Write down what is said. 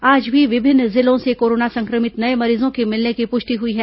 आज भी विभिन्न जिलों से कोरोना संक्रमित नये मरीजों के मिलने की पुष्टि हुई है